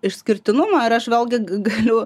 išskirtinumą ar aš vėlgi galiu